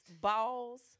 balls